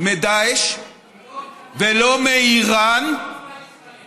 מדאעש ולא מאיראן, היא לא אמרה ישראל.